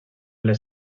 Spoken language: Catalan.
les